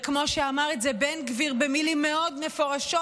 וכמו שאמר את זה בן גביר במילים מאוד מפורשות: